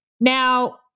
Now